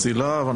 שלום.